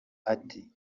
ati